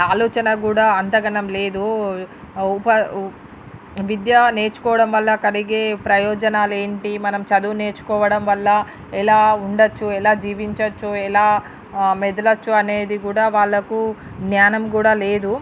ఆలోచన కూడా అంతగనం లేదు ఉపా ఉ విద్యా నేర్చుకోవడం వల్ల కలిగే ప్రయోజనాలేంటి మనం చదువు నేర్చుకోవడం వల్ల ఎలా ఉండచ్చు ఎలా జీవించవచ్చు ఎలా మెదలవచ్చు అనేది కూడా వాళ్లకు జ్ఞానం కూడా లేదు